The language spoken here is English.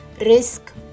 risk